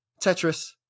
tetris